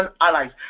allies